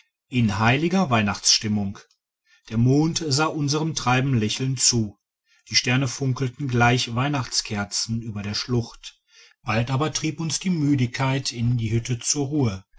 in heiliger weihnachtsstimmung der mond sah unserem treiben lächelnd zu die sterne funkelten gleich weihnachtskerzen über der schlucht bald aber trieb uns die müdigkeit in die hütte zur ruhe